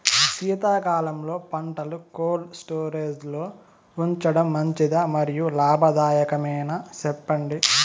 శీతాకాలంలో పంటలు cold storage లో ఉంచడం మంచిదా? మరియు లాభదాయకమేనా, సెప్పండి